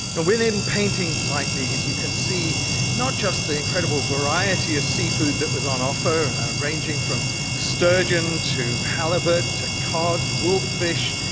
and within paintings like these you can see not just the incredible variety of seafood that was on offer, ranging from sturgeon to halibut to cod, wolf fish,